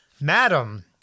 Madam